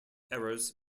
errors